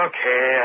Okay